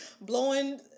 blowing